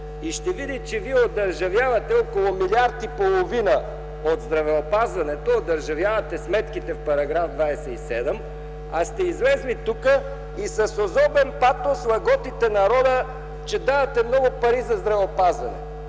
и ще види, че вие одържавявате около милиард и половина от здравеопазването, одържавявате сметките в § 27, а сте излезли тук и с особен патос лъготите народа, че давате много пари за здравеопазване.